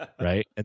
right